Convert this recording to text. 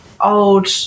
old